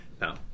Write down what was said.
No